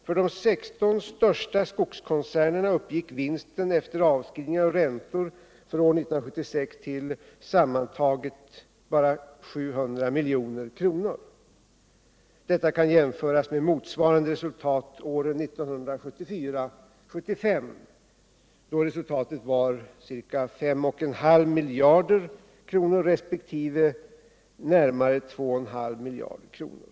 För de 16 största skogskoncer 31 maj 1978 nerna uppgick vinsten efter avskrivningar och räntor för år 1976 till sammantaget endast 700 milj.kr. Detta kan jämföras med motsvarande resultat åren 1974 och 1975, då resultaten var ca 5,5 miljarder kronor resp. närmare 2,5 miljarder kronor.